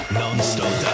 non-stop